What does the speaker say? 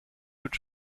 autre